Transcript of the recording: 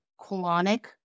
colonic